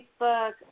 Facebook